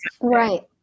right